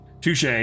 Touche